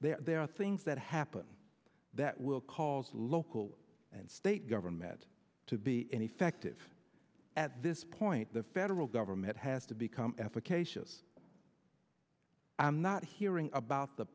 there are things that happen that will cause local and state government to be ineffective at this point the federal government has to become efficacious i'm not hearing about the